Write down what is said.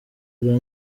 rya